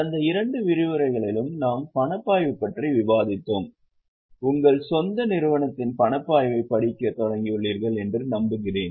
கடந்த இரண்டு விரிவுரைகளிலும் நாம் பணப்பாய்வு பற்றி விவாதித்தோம் உங்கள் சொந்த நிறுவனத்தின் பணப்பாய்வை படிக்கத் தொடங்கியுளீர்கள் என்று நம்புகிறேன்